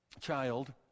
child